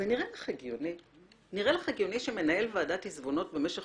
זה נראה לך הגיוני שמנהל ועדת עיזבונות במשך